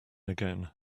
again